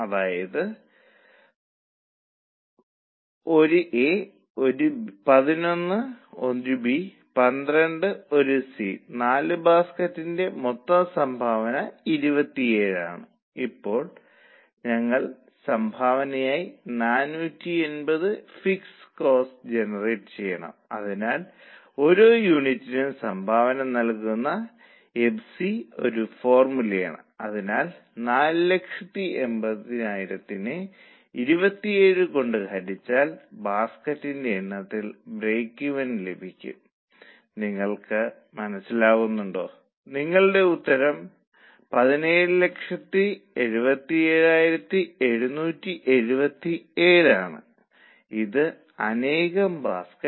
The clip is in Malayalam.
ആദ്യ കരട് സംഖ്യ എന്ന് വിളിക്കപ്പെടുന്ന ഒരു ഘടന വരയ്ക്കുക അതിന്റെ യൂണിറ്റ് 10000 ആണ് വിൽപ്പന വില 30 വേരിയബിൾ ചെലവ് 8 ഉം 6 ഉം 1 ഉം ആണ് അതായത് മൊത്തം 15